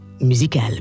musical